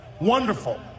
wonderful